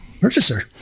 purchaser